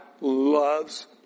loves